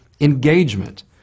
engagement